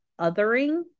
othering